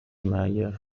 meyer